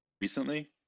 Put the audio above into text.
recently